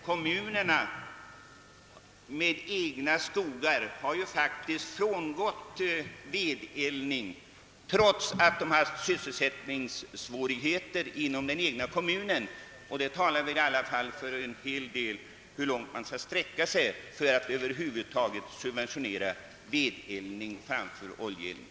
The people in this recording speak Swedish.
Kommuner med egna skogar har faktiskt frångått vedeldning, trots att de har haft sysselsättningssvårigheter. Det säger väl något om hur långt man bör sträcka sig för att över huvud taget subventionera vedeldning framför oljeeldning.